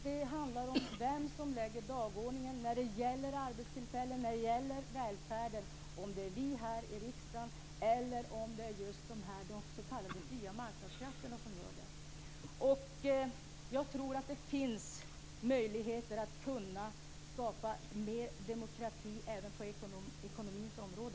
Det handlar om vem som lägger dagordningen när det gäller arbetstillfällen och när det gäller välfärden. Är det vi här i riksdagen, eller är det dessa s.k. fria marknadskrafter som gör det? Jag tror att det finns möjligheter att skapa mer demokrati även på ekonomins område.